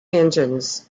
engines